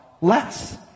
less